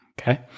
Okay